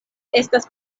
estas